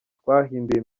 twahinduye